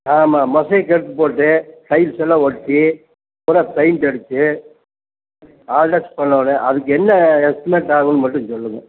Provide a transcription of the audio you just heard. ஆமாம் மொசைக் கல் போட்டு டைல்ஸ் எல்லாம் ஒட்டி பூரா பெயிண்ட் அடித்து ஆல்ட்ரெஸ் பண்ணணும் அதுக்கு என்ன எஸ்டிமேட் ஆகும்னு மட்டும் சொல்லுங்கள்